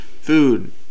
food